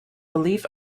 belief